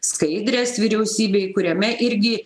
skaidrės vyriausybei kuriame irgi